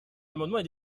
amendement